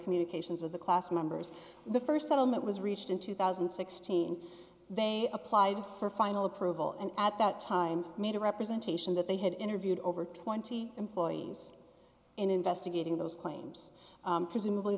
communications with the class members the st settlement was reached in two thousand and sixteen they applied for final approval and at that time made a representation that they had interviewed over twenty employees and investigating those claims presumably